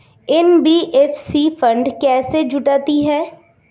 NBFC fund कैसे जुटाती है?